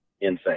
insane